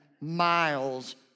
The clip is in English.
miles